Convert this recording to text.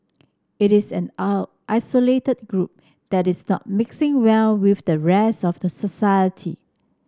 it is an isolated group that is not mixing well with the rest of the society